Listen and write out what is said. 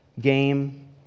game